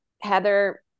Heather –